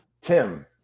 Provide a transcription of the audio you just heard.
Tim